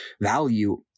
value